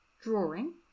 Drawing